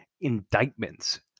indictments